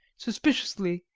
suspiciously,